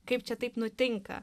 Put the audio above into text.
kaip čia taip nutinka